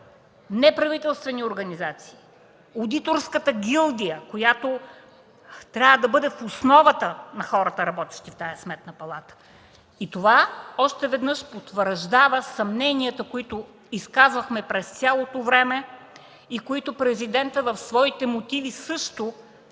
неправителствени организации, одиторската гилдия, която трябва да бъде в основата на хората, работещи в тази Сметна палата. Това още веднъж потвърждава съмненията, които изказвахме през цялото време и които Президентът в своите мотиви също